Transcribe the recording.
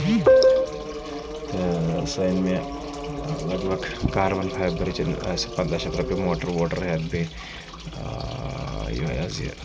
سَہ أنۍ مےٚ لگ بگ کاربن فایبرٕچ پنٛداہ شیٚتھ رۄپیہِ موٹر ووٹر ہیٚتھ بیٚیہِ یِہوے حظ یہِ